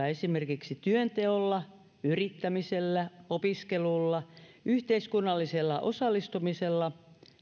esimerkiksi työnteolla yrittämisellä opiskelulla yhteiskunnallisella osallistumisella